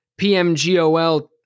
PMGOL